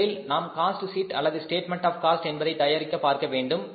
முதலில் நாம் cost sheet அல்லது ஸ்டேட்மெண்ட் ஆஃ காஸ்ட் என்பதை தயாரிக்க பார்க்கவேண்டும்